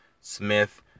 smith